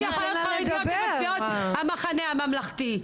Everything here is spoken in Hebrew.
יש חרדיות שמצביעות המחנה הממלכתי,